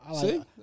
See